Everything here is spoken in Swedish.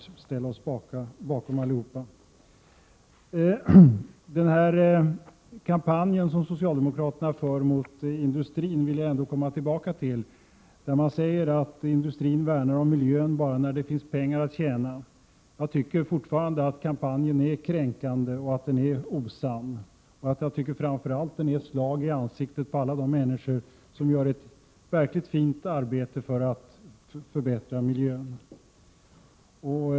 Jag vill ändå återkomma till den kampanj som socialdemokraterna för mot industrin, där man säger att industrin värnar om miljön bara när det finns pengar att tjäna. Jag vidhåller att kampanjen är kränkande och osann. Den är ett slag i ansiktet på framför allt alla de människor som gör ett verkligt fint arbete för att förbättra miljön.